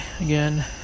again